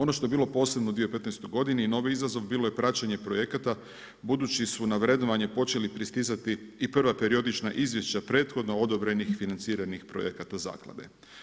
Ono što je bilo posebno u 2015. godini i novi izazov bilo je praćenje projekata, budući su na vrednovanje počeli pristizati i prva periodična izvješća prethodno odobrenih financiranih projekata zaklade.